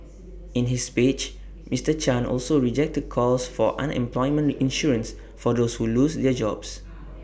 in his speech Mister chan also rejected calls for unemployment insurance for those who lose their jobs